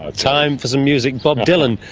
ah time for some music. bob dylan.